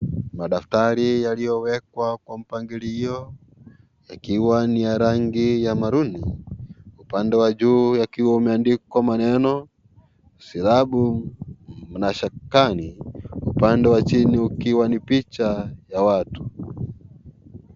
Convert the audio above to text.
Madaftari yaliyowekwa kwa mpangilio yakiwa ni ya rangi ya maruni. Upande wa juu yakiwa yameandikwa maneno Ayubu Mashakani. Upande wa chini ukiwa ni picha ya watu.